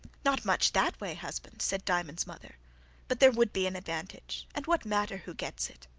not much that way, husband, said diamond's mother but there would be an advantage, and what matter who gets it!